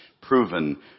proven